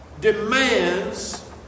demands